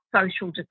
social